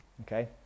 Okay